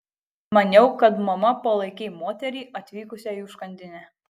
maniau kad mama palaikei moterį atvykusią į užkandinę